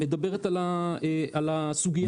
מדברת על הסוגיה הזאת,